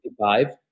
25